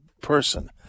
person